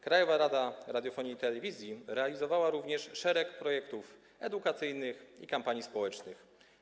Krajowa Rada Radiofonii i Telewizji realizowała również szereg projektów edukacyjnych i kampanii społecznych.